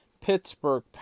Pittsburgh